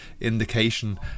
indication